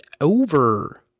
over